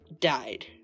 died